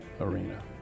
arena